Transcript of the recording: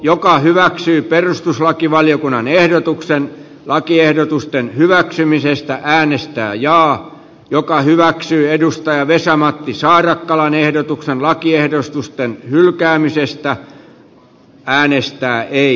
joka hyväksyy perustuslakivaliokunnan ehdotuksen lakiehdotusten hyväksymisestä äänestää jaa joka hyväksyy vesa matti saarakkalan ehdotuksen lakiehdotusten hylkäämisestä äänestää ei